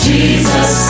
Jesus